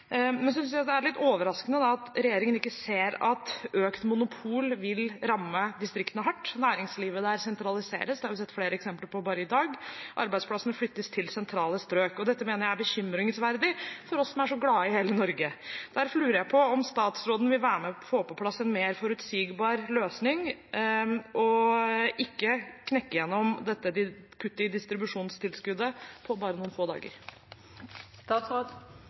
jeg synes det er litt overraskende at regjeringen ikke ser at økt monopol vil ramme distriktene hardt når næringslivet der sentraliseres. Det har vi sett flere eksempler på bare i dag, at arbeidsplassene flyttes til sentrale strøk. Dette mener jeg er bekymringsverdig for oss som er så glad i hele Norge, og derfor lurer jeg på om statsråden vil være med og få på plass en mer forutsigbar løsning og ikke knekke igjennom dette kuttet i distribusjonstilskuddet på bare noen få